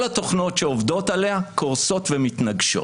כל התוכנות שעובדות עליה קורסות ומתנגשות.